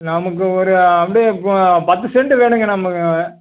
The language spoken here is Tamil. நமக்கு ஒரு அப்படியே இப்போ பத்து செண்ட்டு வேணுங்க நமக்கு